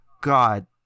god